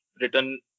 written